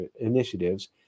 initiatives